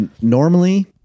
Normally